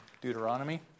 Deuteronomy